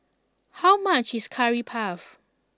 how much is Curry Puff